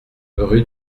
rue